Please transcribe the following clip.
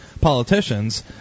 politicians